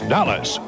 Dallas